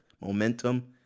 momentum